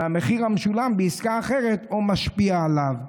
מהמחיר המשולם בעסקה אחרת או משפיע עליו".